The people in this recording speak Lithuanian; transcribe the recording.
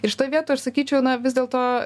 ir šitoj vietoj aš sakyčiau na vis dėlto